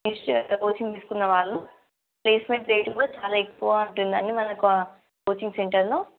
fresh అట్ల coaching తీసుకున్న వాళ్ళు ప్లేస్మెంట్ రేట్ కూడా చాలా ఎక్కువ ఉంటుంది అండి మనకు కోచింగ్ సెంటర్లో